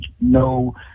no